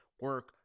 Work